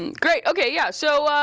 and great, okay, yeah. so,